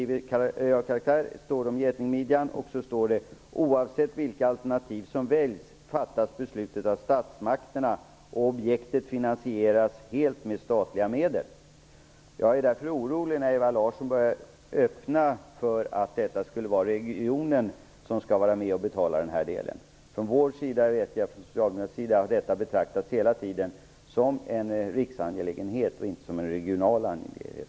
Vidare heter det: "Oavsett vilket alternativ som väljs fattas beslutet av statsmakterna, och objektet finansieras helt med statliga medel". Jag är därför orolig för att Ewa Larsson öppnar för att regionen skall vara med och betala den här delen. Från socialdemokratisk sida har detta hela tiden betraktats som en riksangelägenhet och inte som en regional angelägenhet.